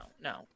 no